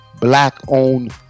black-owned